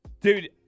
Dude